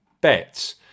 bets